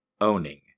owning